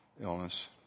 illness